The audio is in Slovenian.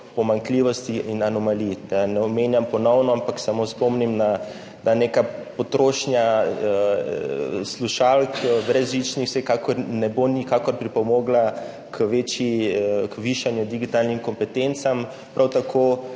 pomanjkljivosti in anomalij. Da ne omenjam ponovno, ampak samo spomnim, da neka potrošnja slušalk, brezžičnih, vsekakor ne bo nikakor pripomogla k višanju digitalnim kompetencam. Prav tako